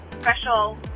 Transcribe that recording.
special